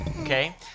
Okay